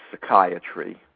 psychiatry